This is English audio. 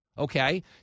Okay